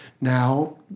now